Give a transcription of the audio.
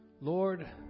Lord